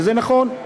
וזה נכון,